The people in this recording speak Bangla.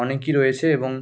অনেকই রয়েছে এবং